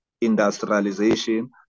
industrialization